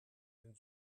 den